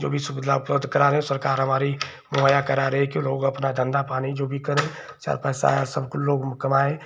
जो भी सुविधा उपलब्ध करा रहे हैं सरकार हमारी मुहैया करा रही है कि लोग अपना धन्धा पानी जो भी करें चार पैसा आए सब लोग कमाएँ